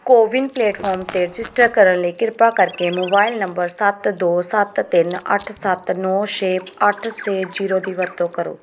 CoWIN platform 'ਤੇ register ਕਰਨ ਲਈ ਕਿਰਪਾ ਕਰਕੇ ਮੋਬਾਈਲ ਨੰਬਰ ਸੱਤ ਦੋ ਸੱਤ ਤਿੰਨ ਅੱਠ ਸੱਤ ਨੌਂ ਛੇ ਅੱਠ ਛੇ ਜ਼ੀਰੋ ਦੀ ਵਰਤੋਂ ਕਰੋ